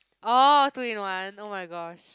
oh two in one oh-my-gosh